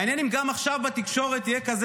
מעניין אם גם עכשיו בתקשורת יהיה כזה